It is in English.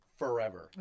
forever